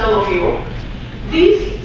of you this